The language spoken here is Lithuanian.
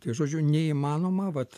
tai žodžiu neįmanoma vat